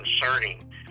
concerning